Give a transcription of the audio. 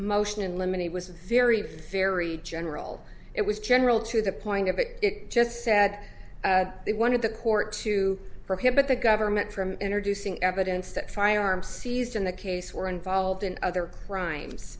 motion in limine it was very very general it was general to the point of it it just said they wanted the court to prohibit the government from introducing evidence that firearms seized in the case were involved in other